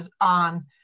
on